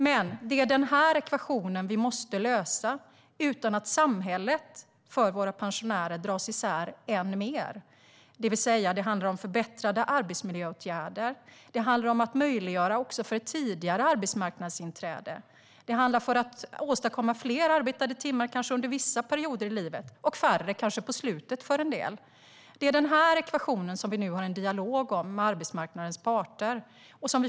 Men det är den här ekvationen vi måste lösa utan att samhället för våra pensionärer dras isär än mer. Det handlar om förbättrade arbetsmiljöåtgärder. Det handlar om att möjliggöra ett tidigare arbetsmarknadsinträde. Det handlar om att kanske åstadkomma fler arbetade timmar under vissa perioder i livet och färre på slutet för en del. Det är den här ekvationen som vi nu har en dialog om med arbetsmarknadens parter.